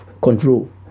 control